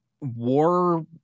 war